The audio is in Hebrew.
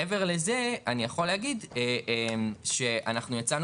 מעבר לזה אני יכול להגיד שאנחנו יצאנו